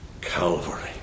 Calvary